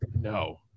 no